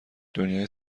دنیای